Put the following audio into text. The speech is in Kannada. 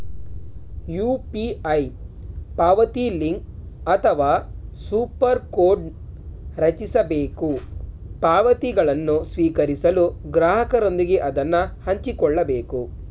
ಯು.ಪಿ.ಐ ಪಾವತಿಲಿಂಕ್ ಅಥವಾ ಸೂಪರ್ ಕೋಡ್ನ್ ರಚಿಸಬೇಕು ಪಾವತಿಗಳನ್ನು ಸ್ವೀಕರಿಸಲು ಗ್ರಾಹಕರೊಂದಿಗೆ ಅದನ್ನ ಹಂಚಿಕೊಳ್ಳಬೇಕು